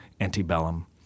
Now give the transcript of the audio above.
antebellum